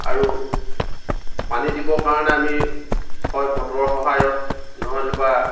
আৰু পানী দিবৰ কাৰণে আমি হয় মটৰৰ সহায়ত নহ'লে বা